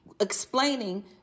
explaining